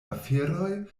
aferoj